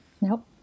nope